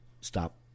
stop